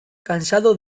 cansado